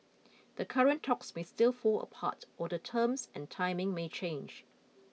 the current talks may still fall apart or the terms and timing may change